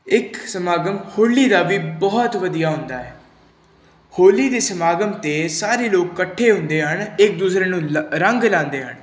ਇੱਕ ਸਮਾਗਮ ਹੋਲੀ ਦਾ ਵੀ ਬਹੁਤ ਵਧੀਆ ਹੁੰਦਾ ਹੈ ਹੋਲੀ ਦੇ ਸਮਾਗਮ 'ਤੇ ਸਾਰੇ ਲੋਕ ਇਕੱਠੇ ਹੁੰਦੇ ਹਨ ਇੱਕ ਦੂਸਰੇ ਨੂੰ ਲ ਰੰਗ ਲਗਾਉਂਦੇ ਹਨ